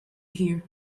hear